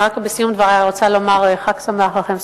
לסיום דברי אני רוצה לומר חג שמח לכם,